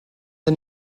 der